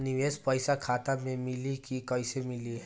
निवेश पइसा खाता में मिली कि कैश मिली?